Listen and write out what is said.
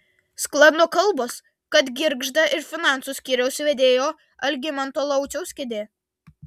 sklando kalbos kad girgžda ir finansų skyriaus vedėjo algimanto lauciaus kėdė